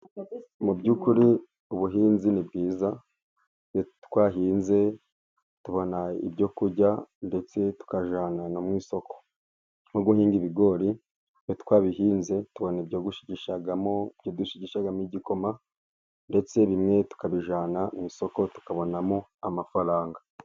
Mu by'ukuri ubuhinzi ni bwiza, iyo twahinze tubona ibyo kurya ndetse tukajyana mu isoko. Nko guhinga ibigori, iyo twabihinze tubona ibyo gushigishamo, ibyo dushigishamo igikoma ndetse bimwe tukabijyana mu isoko tukabona mo amafaranga.